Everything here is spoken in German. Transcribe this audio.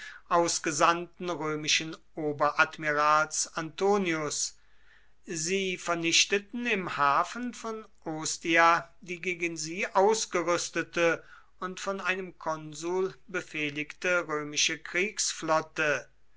ausgesandten römischen oberadmirals antonius sie vernichteten im hafen von ostia die gegen sie ausgerüstete und von einem konsul befehligte römische kriegsflotte